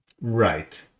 Right